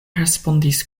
respondis